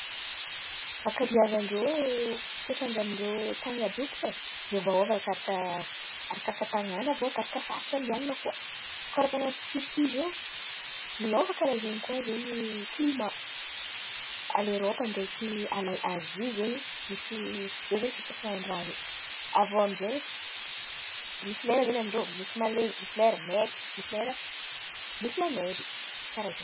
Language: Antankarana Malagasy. Ankabeazan-drô toetrandran-drô tan̈y àby iô baka e, miôvaôva arakaraka tanàn̈a, avô arakaraka faritra koa. Karàha ataon'i Torikia zio; miôva karàha zen̈y koa klimà. Erôpa ndraiky Azia zen̈y misy eo zen̈y fisasahan'ny raha io. Avô aminjay misy lera zen̈y an-drô misy malen̈y, misy lera maiky, misy lera misy la neizy, karàha zen̈y.